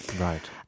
Right